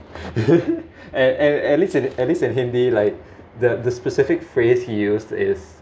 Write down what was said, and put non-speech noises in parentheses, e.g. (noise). (laughs) at at at least in hindi like the specific phrase he used is